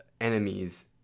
enemies